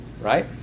Right